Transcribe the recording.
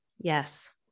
Yes